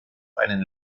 einen